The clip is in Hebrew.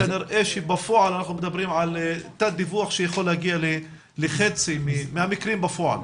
כנראה שבפועל אנחנו מדברים על תת דיווח שיכול להגיע לחצי מהמקרים בפועל.